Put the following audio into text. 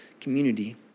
community